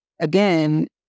again